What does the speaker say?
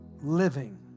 living